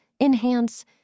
enhance